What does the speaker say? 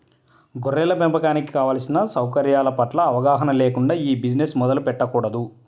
గొర్రెల పెంపకానికి కావలసిన సౌకర్యాల పట్ల అవగాహన లేకుండా ఈ బిజినెస్ మొదలు పెట్టకూడదు